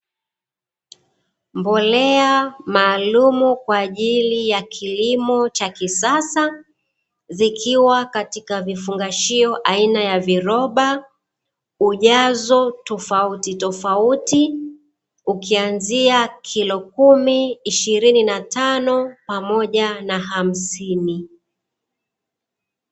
Mbolea maalumu kwaajili ya kilimo cha kisasa zikiwa katika vifungashio aina ya viroba, ujazo tofautitofauti ukianzia kilo kumi, ishirini na tano pamoja na hamsini.